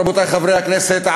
רבותי חברי הכנסת,